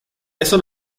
eso